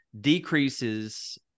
decreases